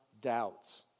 doubts